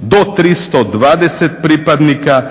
do 320 pripadnika,